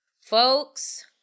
Folks